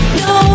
no